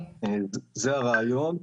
זה הרעיון.